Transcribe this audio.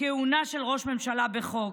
כהונה של ראש ממשלה בחוק,